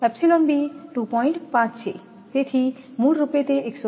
તેથી મૂળરૂપે તે 1202